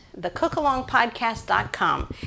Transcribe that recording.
thecookalongpodcast.com